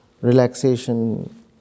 relaxation